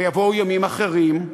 ויבואו ימים אחרים,